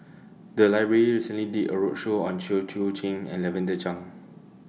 The Library recently did A roadshow on Chew Choo Keng and Lavender Chang